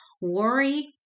Worry